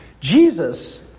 Jesus